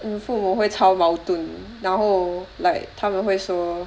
我的父母会超矛盾然后 like 他们会说